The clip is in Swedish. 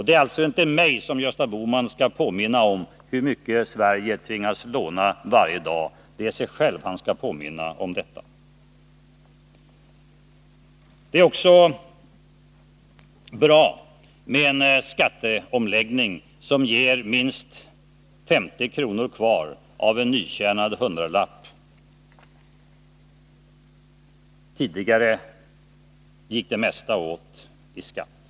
Det är alltså inte mig som Gösta Bohman skall påminna om hur mycket Sverige tvingas låna varje dag — det är sig själv han skall påminna om detta. Det är bra för den enskilde med en skatteomläggning som ger minst 50 kr. kvar av en nyintjänad hundralapp. Tidigare gick det mesta åt i skatt.